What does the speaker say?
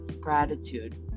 gratitude